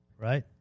right